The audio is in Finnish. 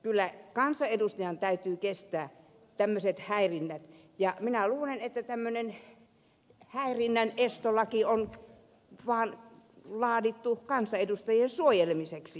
kyllä kansanedustajan täytyy kestää tämmöiset häirinnät ja minä luulen että tämmöinen häirinnän estolaki on vaan laadittu kansanedustajien suojelemiseksi